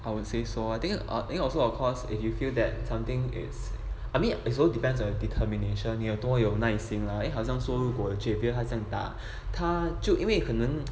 I would say so I think I think also of course if you feel that something is I mean it's all depends on the determination 你多有耐心来好像 javier 他这样打他就因为可能